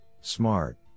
SMART